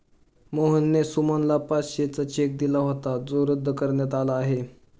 मोहनने सुमितला पाचशेचा चेक दिला होता जो रद्द करण्यात आला आहे